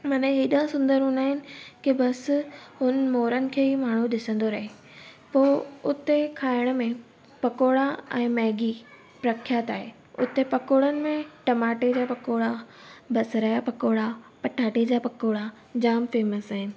मना एॾा सुंदर हूंदा आहिनि के बसि हुन मोरनि खे ई माण्हू ॾिसंदो रहे पोइ उते खाइण में पकौड़ा ऐं मैगी प्रख्यात आहे उते पकौड़नि में टमाटे जा पकौड़ा बसर जा पकौड़ा पटाटे जा पकौड़ा जाम फेमस आहिनि